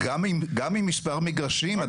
גם עם מספר מגרשים,